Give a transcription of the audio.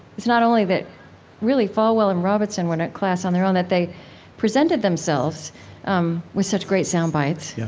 it's not only that really falwell and robertson were in a class on their own that they presented themselves um with such great sound bites, yeah